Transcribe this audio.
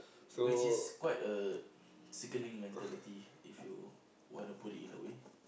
which is quite a sickening mentality if you want to put it in a way